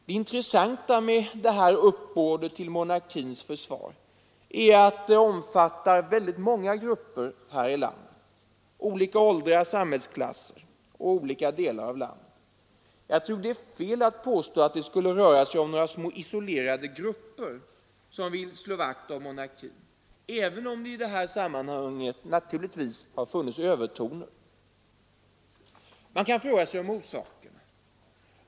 Det intressanta med uppbådet till monarkins försvar är att det omfattar många olika grupper, alla åldrar, alla samhällsklasser och alla delar av landet. Jag tror det är fel att påstå att det skulle röra sig om några små isolerade grupper som vill slå vakt om monarkin, även om det i det här sammanhanget naturligtvis har funnits övertoner. Man kan fråga sig om orsakerna.